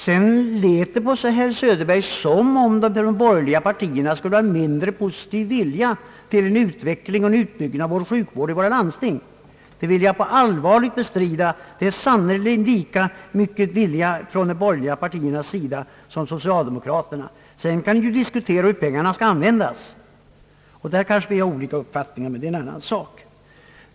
Det lät på herr Söderberg som om de borgerliga partierna skulle ha en mindre positiv vilja till utveckling och utbyggnad av vår sjukvård än vad socialdemokraterna i landstingen har. Det vill jag allvarligt bestrida. De borgerliga har i detta fall sannerligen lika god vilja som socialdemokraterna. Sedan kan man ju diskutera, hur pengarna bäst skall användas. Där kanske vi har olika uppfattning, men det är en annan sak.